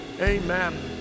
Amen